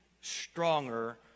stronger